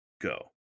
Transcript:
Go